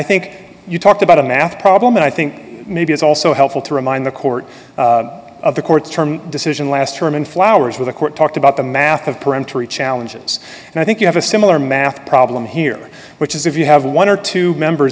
think you talked about a math problem and i think maybe it's also helpful to remind the court of the court's term decision last term and flowers with a court talked about the math of peremptory challenges and i think you have a similar math problem here which is if you have one or two members